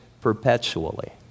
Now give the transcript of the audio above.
perpetually